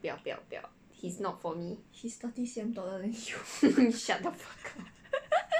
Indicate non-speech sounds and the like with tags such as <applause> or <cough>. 不要不要不要 he's not for me <laughs> shut the fuck up